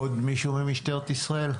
עוד מישהו ממשטרת ישראל?